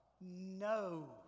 no